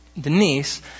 Denise